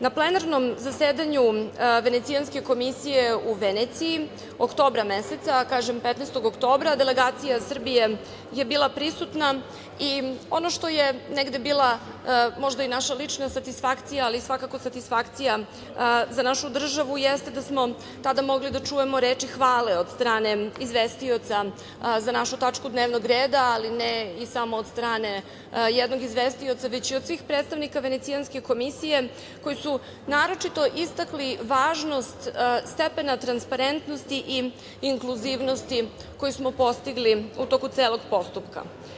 Na plenarnom zasedanju Venecijanske komisije u Veneciji, oktobra meseca, 15. oktobra, delegacija Srbije je bila prisutna i ono što je negde bila možda i naša lična satisfakcija ali svakako satisfakcija za našu državu jeste da smo tada mogli da čujemo reči hvale od strane izvestioca za našu tačku dnevnog reda, ali ne samo od strane jednog izvestioca, već i od svih predstavnika Venecijanske komisije koji su naročito istakli važnost stepena transparentnosti i inkluzivnosti koji smo postigli u toku celog postupka.